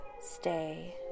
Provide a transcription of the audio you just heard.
Stay